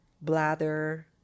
bladder